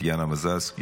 טטיאנה מזרסקי,